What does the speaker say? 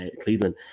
Cleveland